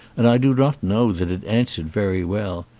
and i do not know that it answered very well,